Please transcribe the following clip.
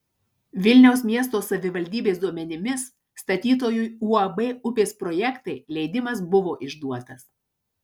vilniaus miesto savivaldybės duomenimis statytojui uab upės projektai leidimas buvo išduotas